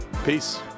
Peace